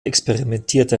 experimentierte